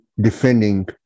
defending